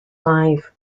live